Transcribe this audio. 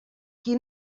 qui